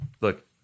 look